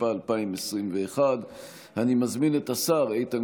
התשפ"א 2021. אני מזמין את השר איתן